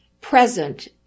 present